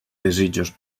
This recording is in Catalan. desitjos